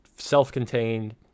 self-contained